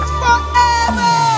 forever